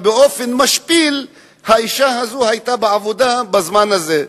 ובאופן משפיל האשה הזאת היתה בעבודה בזמן הזה,